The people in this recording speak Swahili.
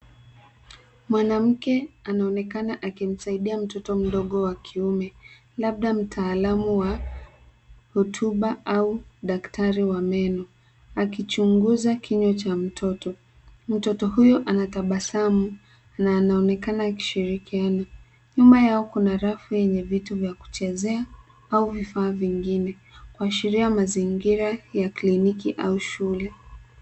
Mwanamke anaonekana akimsaidia mtoto mdogo wa kiume, labda mtaalamu wa rutuba au daktari wa meno akichunguza kinywa cha mtoto. Mtoto huyu anatabasamu na anaonekana akishirikiana. Nyuma yao kuna rafu yenye vitu za kuchezea au vifaa vingine kuashiria mazingira ya kliniki au shule.